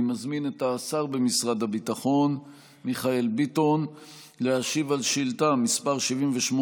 אני מזמין את השר במשרד הביטחון מיכאל ביטון להשיב על שאילתה מס' 78,